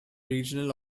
regional